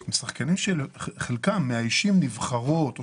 הם שחקנים שחלקם מאיישים נבחרות או